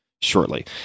shortly